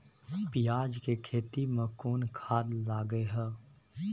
पियाज के खेती में कोन खाद लगे हैं?